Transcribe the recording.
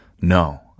No